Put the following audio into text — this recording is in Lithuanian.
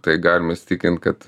tai galima įsitikint kad